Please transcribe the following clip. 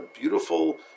beautiful